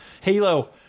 Halo